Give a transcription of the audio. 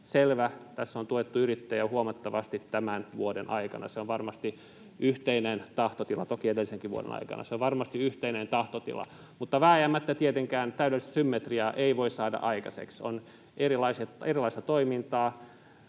selvä. Tässä on tuettu yrittäjiä jo huomattavasti tämän vuoden aikana — toki edellisenkin vuoden aikana — se on varmasti yhteinen tahtotila. Mutta vääjäämättä tietenkään täydellistä symmetriaa ei voi saada aikaiseksi: on erilaista toimintaa,